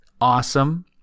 awesome